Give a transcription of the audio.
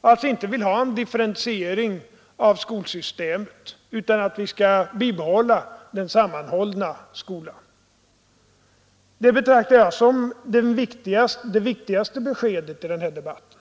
och att man där inte vill ha någon differentiering av skolsystemet utan vill att vi skall behålla den sammanhållna skolan. Det betraktar jag som det viktigaste beskedet i denna debatt.